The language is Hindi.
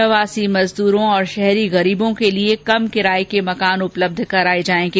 प्रवासी मजदूरों और शहरी गरीबों के लिए कम किराये के मकान उपलब्ध कराए जाएंगे